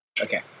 Okay